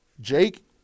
Jake